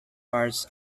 parts